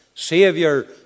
Savior